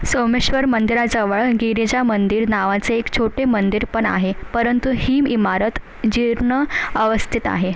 सोमेश्वर मंदिराजवळ गिरीजा मंदिर नावाचे एक छोटे मंदिर पण आहे परंतु ही इमारत जीर्ण अवस्थेत आहे